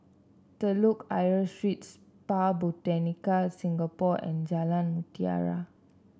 Telok Ayer Street Spa Botanica Singapore and Jalan Mutiara